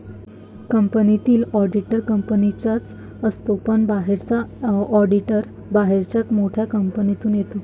कंपनीतील ऑडिटर कंपनीचाच असतो पण बाहेरचा ऑडिटर बाहेरच्या मोठ्या कंपनीतून येतो